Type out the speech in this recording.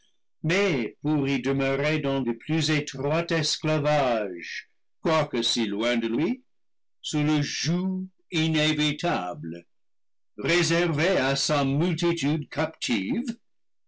mais pour y demeurer dans le plus étroit esclavage quoique si loin de lui sous le joug inévitable réservé à sa multitude captive